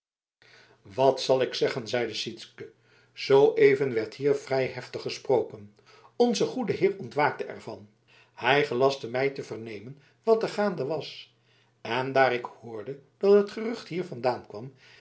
wat zal ik zeggen zeide sytsken zooeven werd hier vrij heftig gesproken onze goede heer ontwaakte ervan hij gelastte mij te vernemen wat er gaande was en daar ik hoorde dat het gerucht hier vandaan kwam